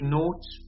notes